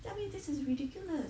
I mean this is ridiculous